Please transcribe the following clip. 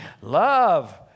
Love